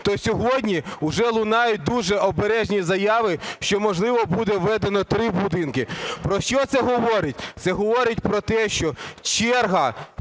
то сьогодні вже лунають дуже обережні заяви, що, можливо, буде введено три будинки. Про що це говорить? Це говорить про те, що черга